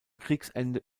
kriegsende